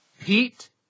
Pete